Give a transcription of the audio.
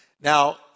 Now